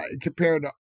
compared